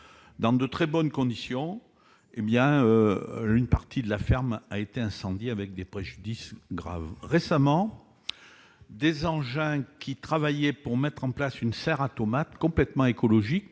près de 5 000 veaux. Or une partie de la ferme a été incendiée, avec des préjudices graves. Récemment, des engins qui travaillaient à la mise en place d'une serre à tomates complètement écologique,